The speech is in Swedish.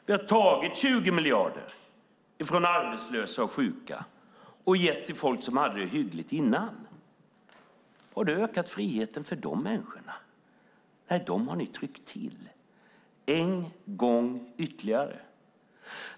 Vi har tagit 20 miljarder från arbetslösa och sjuka och gett till folk som hade det hyggligt innan. Har det ökat friheten för de människorna? Nej, dem har ni tryckt till en gång ytterligare.